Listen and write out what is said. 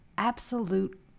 absolute